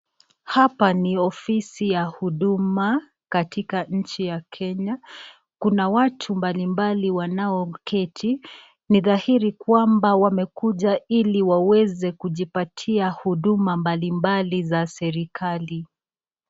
Hapa ni ofisi ya huduma, katika nchi ya Kenya. Kuna watu mbali mbali wanaoketi. Ni dhahiri kwamba wamekuja ili waweze kujipatia huduma mbali mbali za serikali.